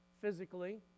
physically